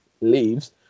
leaves